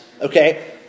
Okay